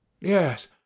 yes